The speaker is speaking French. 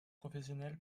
professionnel